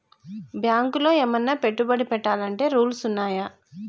బ్యాంకులో ఏమన్నా పెట్టుబడి పెట్టాలంటే రూల్స్ ఉన్నయా?